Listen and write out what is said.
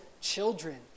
children